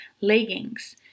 leggings